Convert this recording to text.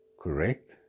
correct